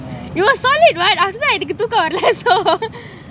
it was solid right அதுதான் எனக்கு தூக்கம் வரல்ல:athuthaan enakku thukam varalla